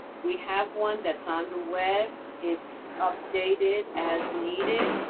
we have one that's on the web. it's updated as needed.